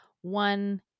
one